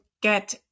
get